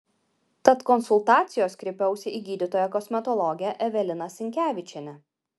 tad konsultacijos kreipiausi į gydytoją kosmetologę eveliną sinkevičienę